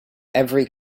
every